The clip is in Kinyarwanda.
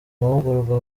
mahugurwa